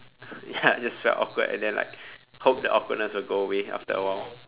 ya it just felt awkward and then like hope the awkwardness will go away after a while